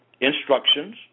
instructions